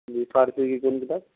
فارسی کی کون کتاب